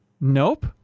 Nope